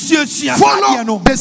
Follow